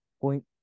point